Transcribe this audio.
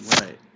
right